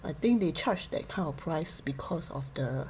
I think they charge that kind of price because of the